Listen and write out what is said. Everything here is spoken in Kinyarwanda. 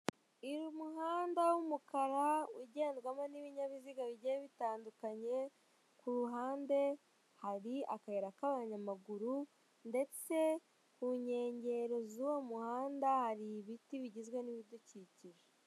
Uyu muhanda w'umukara ugendwamo n'ibinyabiziga bigiye bitandukanye, ku ruhande hari akayira k'abanyamaguru, ndetse ku nkengero z'uwo muhanda hari ibiti bigizwe n'ibidukikije.